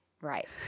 Right